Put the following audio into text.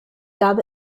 gab